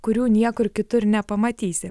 kurių niekur kitur nepamatysi